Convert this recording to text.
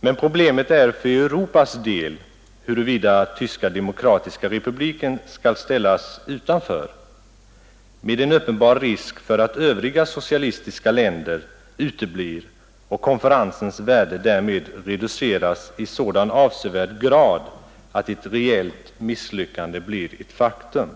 Men problemet är för Europas del huruvida Tyska demokratiska republiken skall ställas utanför — med en uppenbar risk för att övriga socialistiska länder uteblir och konferensens värde därmed reduceras i sådan avsevärd grad att ett reellt misslyckande blir ett faktum.